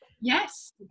yes